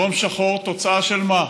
דרום שחור, תוצאה של מה?